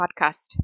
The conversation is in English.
podcast